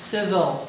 Civil